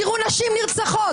תראו נשים נרצחות.